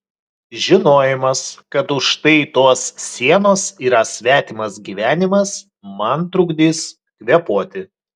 žinojimas kad už štai tos sienos yra svetimas gyvenimas man trukdys kvėpuoti